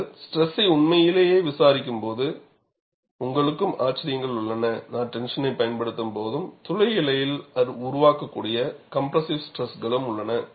நீங்கள் ஸ்ட்ரெஸை உண்மையிலேயே விசாரிக்கும் போது உங்களுக்கும் ஆச்சரியங்கள் உள்ளன நான் டென்ஷனை பயன்படுத்தும்போது துளை எல்லையில் உருவாக்கக்கூடிய கம்ப்ரஸ்ஸிவ் ஸ்ட்ரெஸ்களும் உள்ளன